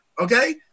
Okay